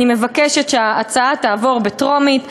אני מבקשת שההצעה תעבור בטרומית,